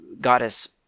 goddess